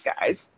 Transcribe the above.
guys